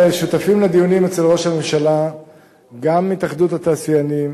שותפים לדיונים אצל ראש הממשלה גם התאחדות התעשיינים,